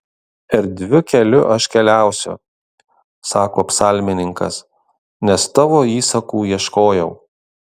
erdviu keliu aš keliausiu sako psalmininkas nes tavo įsakų ieškojau